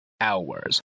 hours